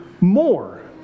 more